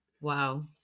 Wow